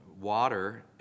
water